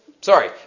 sorry